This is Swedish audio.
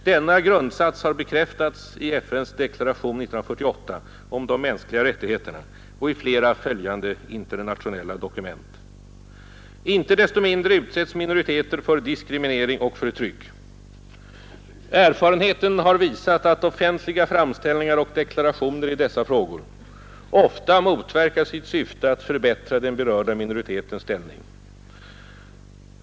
Denna grundsats har bekräftats i FN:s deklaration 1948 om de mänskliga rättigheterna och i flera följande internationella dokument. Icke desto mindre utsätts minoriteter för diskriminering och förtryck. Erfarenheten har visat att offentliga framställningar och deklarationer i dessa frågor ofta motverkar sitt syfte att förbättra den berörda minoritetens ställning.